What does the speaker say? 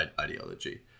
ideology